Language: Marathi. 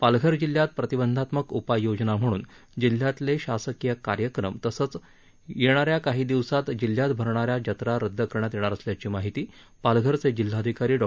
पालघर जिल्ह्यात प्रतिबंधात्मक उपाययोजना म्हणून जिल्ह्यातले शासकीय कार्यक्रम तसचं येणा या काही दिवसात जिल्ह्यात भरणा या जत्रा रद्द करण्यात येणार असल्याची माहिती पालघरचे जिल्हाधिकारी डॉ